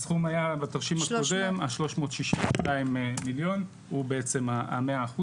הסכום היה בתרשים הקודם 362,000,000 הוא בעצם ה-100%